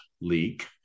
leak